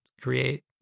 create